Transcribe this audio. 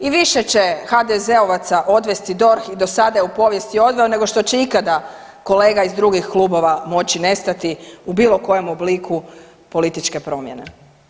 I više će HDZ-ovaca odvesti DORH i do sada je u povijesti odveo nego što će ikada kolega iz drugih klubova moći nestati u bilo kojem obliku političke promjene.